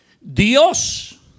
Dios